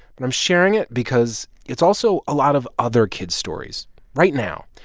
and i'm sharing it because it's also a lot of other kids' stories right now.